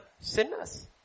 sinners